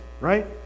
right